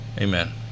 Amen